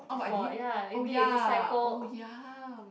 oh I did oh ya oh ya